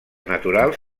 naturals